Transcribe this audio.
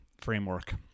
framework